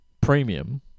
Premium